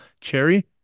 cherry